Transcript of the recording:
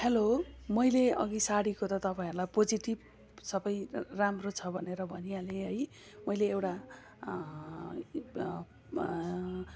hello मैले अघि साडीको त तपाईँहरूलाई पोजिटिभ सबै राम्रो छ भनेर भनिहालेँ है मैले एउटा